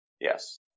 Yes